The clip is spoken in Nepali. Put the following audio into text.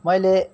मैले